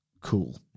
cool